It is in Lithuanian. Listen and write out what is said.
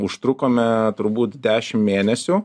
užtrukome turbūt dešim mėnesių